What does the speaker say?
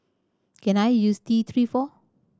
can I use T Three for